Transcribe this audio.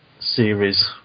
series